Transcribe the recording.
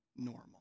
normal